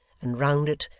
and round it,